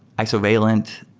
isovalent